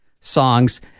songs